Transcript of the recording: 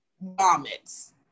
vomits